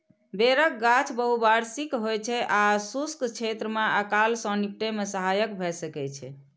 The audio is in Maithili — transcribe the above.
बेरक गाछ बहुवार्षिक होइ छै आ शुष्क क्षेत्र मे अकाल सं निपटै मे सहायक भए सकै छै